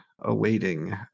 awaiting